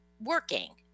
working